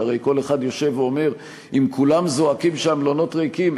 הרי כל אחד יושב ואומר: אם כולם זועקים שהמלונות ריקים,